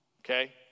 okay